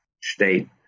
state